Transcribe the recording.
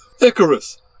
Icarus